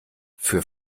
für